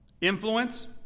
influence